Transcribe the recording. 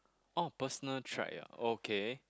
orh personal track ah okay